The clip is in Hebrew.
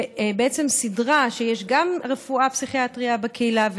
שבעצם סידרה שיש גם רפואת פסיכיאטריה בקהילה,